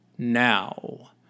Now